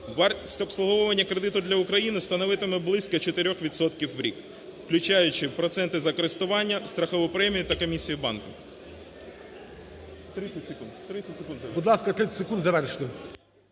Вартість з обслуговування кредиту для України становитиме близько 4 відсотків в рік, включаючи проценти за користування, страхову премію та комісію банку.